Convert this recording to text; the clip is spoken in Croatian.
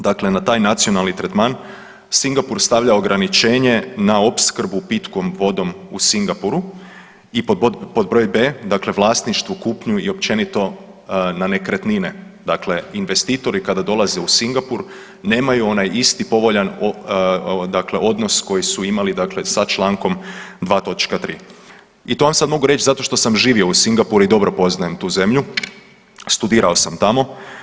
Dakle, na taj nacionalni tretman Singapur stavlja ograničenje na opskrbu pitkom vodom u Singapuru i pod broj b) dakle vlasništvo, kupnju i općenito na nekretnine, dakle investitori kada dolaze u Singapur nemaju onaj isti povoljan dakle odnos koji su imali dakle sa Člankom 2. točka 3. I to vam sad mogu reći zato što sam živio u Singapuru i dobro poznajem tu zemlju, studirao sam tamu.